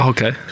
Okay